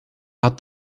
add